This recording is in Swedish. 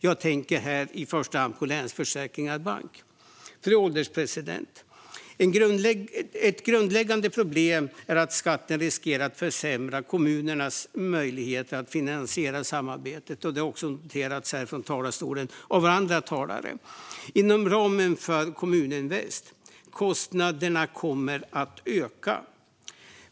Jag tänker här i första hand på Länsförsäkringar Bank. Fru ålderspresident! Ett grundläggande problem är att skatten riskerar att försämra kommunernas möjligheter att finansiera samarbetet inom ramen för Kommuninvest. Detta har även noterats av andra talare härifrån talarstolen. Kostnaderna kommer att öka.